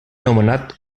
anomenat